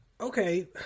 Okay